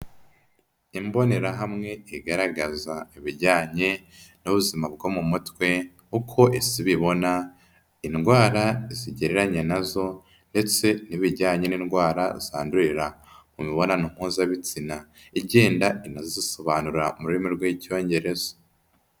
Imbonerahamwe igaragaza ibijyanye n'ubuzima bwo mu mutwe, uko Isi bibona indwara zigereranya na zo ndetse n'ibijyanye n'indwara zandurira mu mibonano mpuzabitsina, igenda inazisobanura mu rurimi rw'Icyongereza.